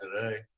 today